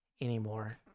anymore